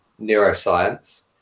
neuroscience